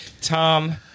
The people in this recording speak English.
Tom